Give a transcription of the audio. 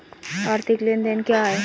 आर्थिक लेनदेन क्या है?